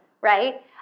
right